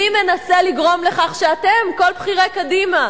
מי מנסה לגרום לכך שאתם, כל בכירי קדימה,